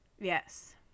Yes